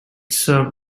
served